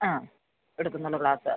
ആ എടുക്കുന്നുള്ളൂ ക്ലാസ്